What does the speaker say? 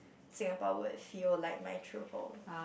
Singapore would feel like my true home